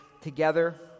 together